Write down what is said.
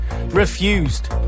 refused